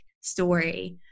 story